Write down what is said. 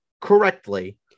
correctly